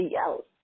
else